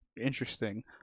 Interesting